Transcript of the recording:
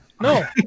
No